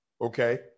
Okay